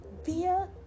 via